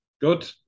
good